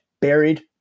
buried